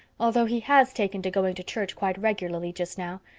although he has taken to going to church quite regularly just now.